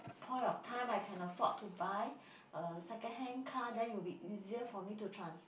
point of time I can afford to buy uh second hand car then would be easier for me to trans~